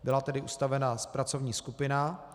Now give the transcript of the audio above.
Byla tedy ustavena pracovní skupina.